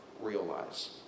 realize